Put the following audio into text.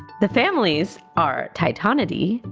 the families are tytonidae,